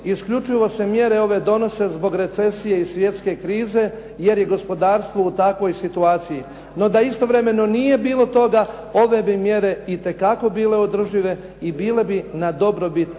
Isključivo se mjere ove donose zbog recesije i svjetske krize, jer je gospodarstvo u takvoj situaciji. No da istovremeno nije bilo toga ove bi mjere itekako bile održive i bile bi na dobrobit